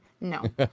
No